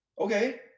Okay